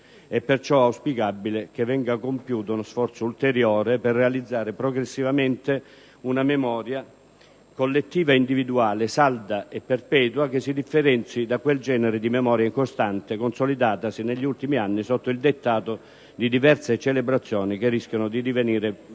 È, perciò, auspicabile che venga compiuto uno sforzo ulteriore per realizzare progressivamente una memoria, collettiva e individuale, salda e perpetua, che si differenzi da quel genere di memoria incostante consolidatasi negli ultimi anni sotto il dettato di diverse celebrazioni, che rischiano di divenire riti